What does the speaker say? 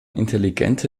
intelligente